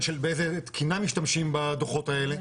של איזו תקינה משתמשים בדו"חות האלה,